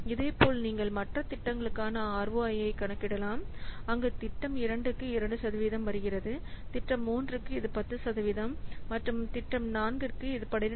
இதேபோல் நீங்கள் மற்ற திட்டங்களுக்கான ROI ஐ கணக்கிடலாம் அங்கு திட்டம் 2 க்கு 2 சதவீதம் வருகிறது திட்டம் 3 க்கு இது 10 சதவிகிதம் மற்றும் திட்டம் 4 இது 12